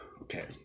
Okay